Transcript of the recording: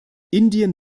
indien